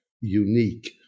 unique